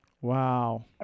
wow